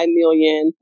million